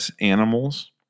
animals